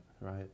right